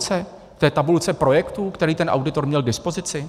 V té tabulce projektů, které ten auditor měl k dispozici?